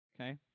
okay